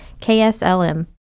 KSLM